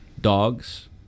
dogs